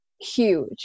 huge